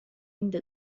عند